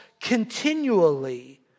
continually